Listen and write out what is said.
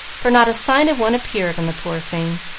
for not a sign of one appeared on the poor thing.